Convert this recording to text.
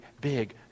big